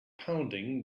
pounding